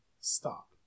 stop